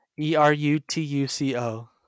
E-R-U-T-U-C-O